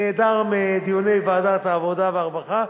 נעדר מדיוני ועדת העבודה והרווחה,